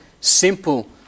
simple